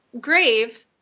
grave